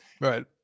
right